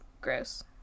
gross